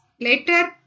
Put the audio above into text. later